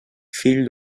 fill